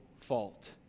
fault